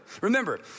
Remember